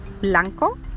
blanco